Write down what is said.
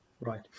right